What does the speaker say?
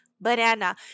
banana